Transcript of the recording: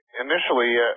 initially